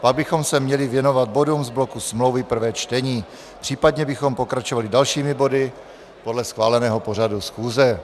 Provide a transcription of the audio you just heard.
Pak bychom se měli věnovat bodům z bloku smlouvy prvé čtení, případně bychom pokračovali dalšími body podle schváleného pořadu schůze.